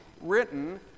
written